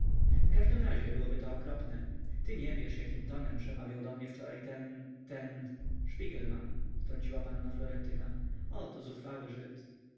w każdym razie byłoby to okropne ty nie wiesz jakim tonem przemawiał do mnie wczoraj ten ten szpigelman wtrąciła panna florentyna o to zuchwały żyd